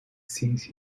since